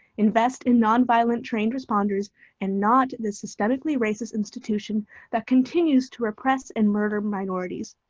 invest in non violent trained responders and not the systemically racist institution that continues to oppress and murder minorities.